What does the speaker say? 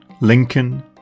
Lincoln